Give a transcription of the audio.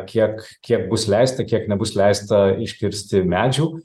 kiek kiek bus leista kiek nebus leista iškirsti medžių